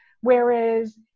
whereas